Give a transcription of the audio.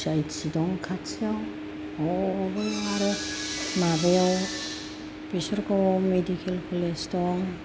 सिआइथि दं खाथियाव ह' बै आरो माबायाव बेसरगाव आव मेदिकेल कलेज दं